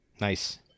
nice